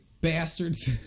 bastards